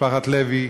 משפחת לוי,